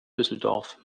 düsseldorf